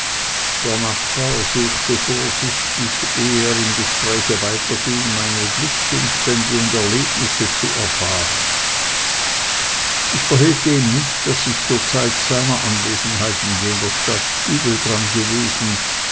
der nachbar suchte vorsichtig eh er im gespräche weiterging meine glücksumstände und erlebnisse zu erfahren ich verhehlte ihm nicht daß ich zur zeit seiner anwesenheit in jener stadt übel daran gewesen